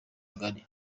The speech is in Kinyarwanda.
ngari